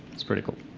it's pretty cool.